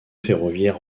ferroviaire